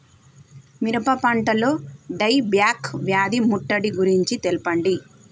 మిరప పంటలో dieback వ్యాధి ముట్టడి గురించి తెల్పండి?